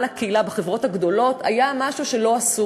לקהילה בחברות הגדולות היה משהו שלא עשו,